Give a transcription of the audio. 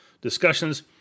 Discussions